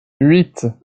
huit